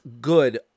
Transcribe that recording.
good